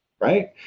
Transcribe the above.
right